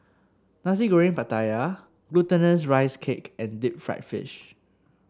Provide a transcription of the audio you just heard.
Nasi Goreng Pattaya Glutinous Rice Cake and Deep Fried Fish